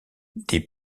des